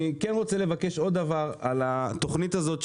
אני כן רוצה לבקש עוד דבר על התוכנית הזאת,